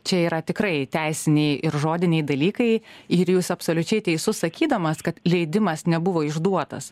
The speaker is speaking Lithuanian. čia yra tikrai teisiniai ir žodiniai dalykai ir jūs absoliučiai teisus sakydamas kad leidimas nebuvo išduotas